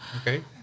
Okay